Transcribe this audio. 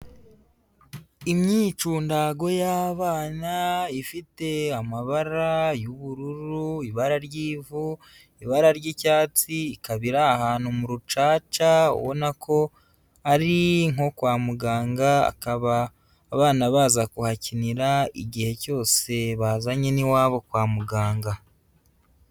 Imyicundago y'abana, ifite amabara y'ubururu, ibara ry'ivu, ibara ry'icyatsi, ikaba iri ahantu mu rucaca, ubona ko ari nko kwa muganga, akaba abana baza kuhakinira igihe cyose bazanye n'iwabo kwa muganga.